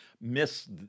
miss